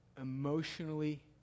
emotionally